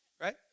Right